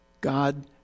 God